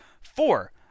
four